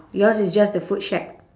yours is just the food shack